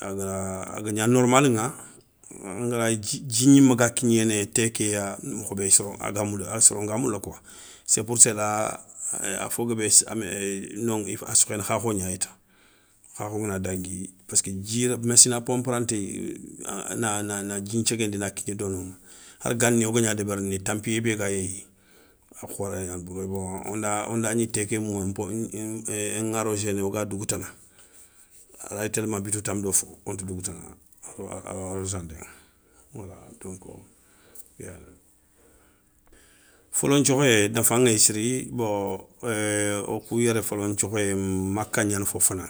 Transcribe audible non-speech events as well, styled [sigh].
aga agagna normaliŋa, angalayi dji gnimé ga kignéné té kéya mokho bé yi [hesitation] soron ga moula koi. C'est pour celà a fo guébé noŋa a sokhéné khakho gnay ta. Khakho ngana dangui pask dji machine à pompe ranti na dji na ken thiengendi na kigna donoŋa hari gani wogagna débérini, tanpiyé bé gayéyi a khoré gnani bourou. Woy bon wondagni té ké mouma [hesitation] ŋaroséné, woga dougoutana, aray télé ma bito tami do fo wonta dougoutana, arosandé wala donko ké yani. Folo nthiokhoyé nafa ŋéyi siri bon, wo kou yéré folo nthiokhoyé maka gnani fo fana.